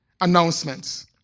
announcements